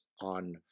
on